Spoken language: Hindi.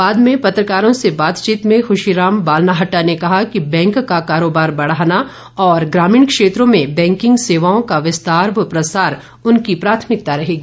बाद में पत्रकारों से बातचीत में ख्शीराम बाल्नाटाह ने कहा कि बैंक का कारोबार बढ़ाना और ग्रामीण क्षेत्रों में बैंकिंग सेवाओं का विस्तार व प्रसार उनकी प्राथमिकता रहेगी